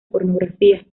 pornografía